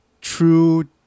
true